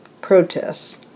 protests